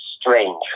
strange